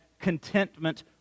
contentment